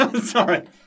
Sorry